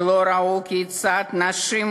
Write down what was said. שלא ראו כיצד נשים,